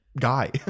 guy